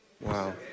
Wow